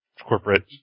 Corporate